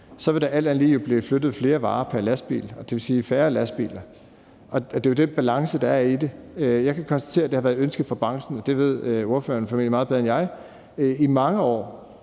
– vil der alt andet lige blive flyttet flere varer pr. lastbil, dvs. færre lastbiler. Og det er jo den balance, der er i det. Jeg kan konstatere, at det har været et ønske fra branchen – og det ved ordføreren formentlig meget bedre end jeg – i mange år